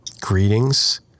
greetings